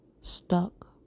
stuck